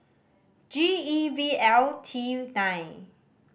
G E V L T nine